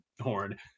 Horn